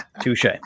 Touche